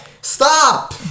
Stop